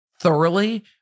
thoroughly